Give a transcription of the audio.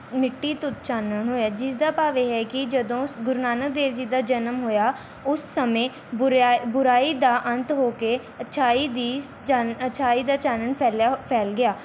ਮਿੱਟੀ ਧੁੰਦ ਚਾਨਣ ਹੋਇਆ ਜਿਸਦਾ ਭਾਵ ਇਹ ਹੈ ਕਿ ਜਦੋਂ ਗੁਰੂ ਨਾਨਕ ਦੇਵ ਜੀ ਦਾ ਜਨਮ ਹੋਇਆ ਉਸ ਸਮੇਂ ਬੁਰਿਆ ਬੁਰਾਈ ਦਾ ਅੰਤ ਹੋ ਕੇ ਅੱਛਾਈ ਦੀ ਚਾਨ ਅੱਛਾਈ ਦਾ ਚਾਨਣ ਫੈਲਿਆ ਫੈਲ ਗਿਆ